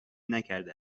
نکرده